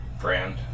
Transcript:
brand